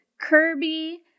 Kirby